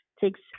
takes